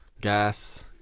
Gas